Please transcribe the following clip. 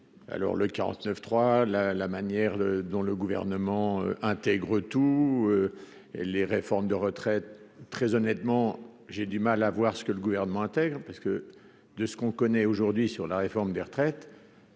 alors le 49 3 la la manière dont le gouvernement intègre tous les réformes de retraites très honnêtement j'ai du mal à voir ce que le gouvernement intègre parce que de ce qu'on connaît aujourd'hui sur la réforme des retraites,